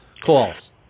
calls